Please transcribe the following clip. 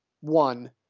one